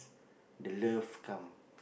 the love come